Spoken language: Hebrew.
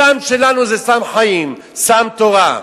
הסם שלנו זה סם חיים, סם תורה.